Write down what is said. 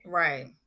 right